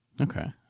okay